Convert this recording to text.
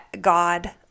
God